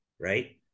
Right